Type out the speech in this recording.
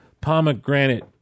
pomegranate